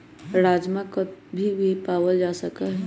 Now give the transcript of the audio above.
राजमा कभी भी पावल जा सका हई